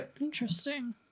interesting